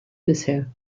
bisher